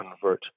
convert